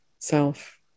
Self